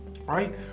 right